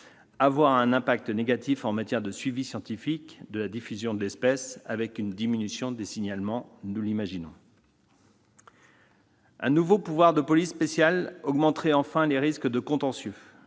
avoir un impact négatif en matière de suivi scientifique de la diffusion de l'espèce, avec une diminution des signalements. Un nouveau pouvoir de police spéciale augmenterait les risques de contentieux,